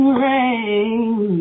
rain